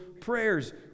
prayers